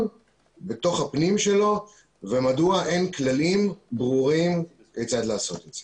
בתוך הפנים שלו ומדוע אין כללים ברורים כיצד לעשות את זה.